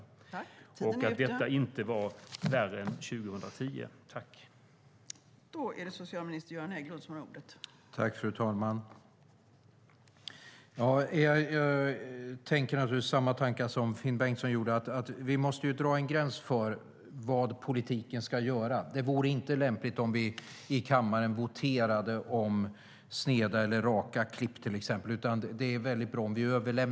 Det var inte värre än 2010.